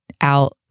out